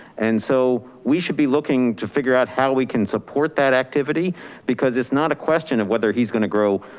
and so we should be looking to figure out how we can support that activity because it's not a question of whether he's gonna grow